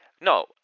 no